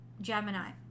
Gemini